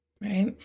Right